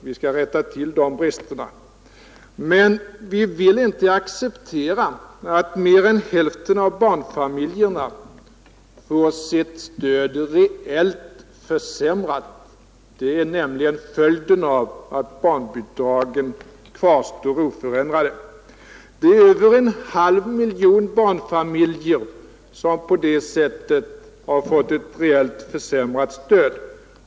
Vi skall rätta till dessa brister, men vi vill inte acceptera att mer än hälften av barnfamiljerna får sitt stöd reellt försämrat. Det är nämligen följden av att barnbidragen kvarstår oförändrade. Det är över en halv miljon barnfamiljer, som på det sättet har fått ett reellt försämrat stöd.